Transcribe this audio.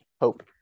hope